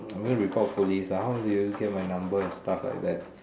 I'm going to report police ah how did you get my number and stuff like that